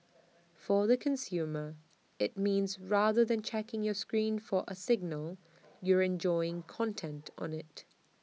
for the consumer IT means rather than checking your screen for A signal you're enjoying content on IT